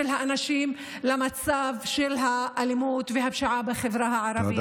האנשים למצב של האלימות והפשיעה בחברה הערבית.